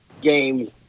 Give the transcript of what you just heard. game